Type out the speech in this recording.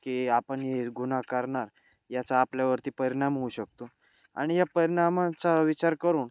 की आपण हे गुन्हा करणार याचा आपल्यावरती परिणाम होऊ शकतो आणि या परिणामाचा विचार करून